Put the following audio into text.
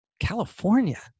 California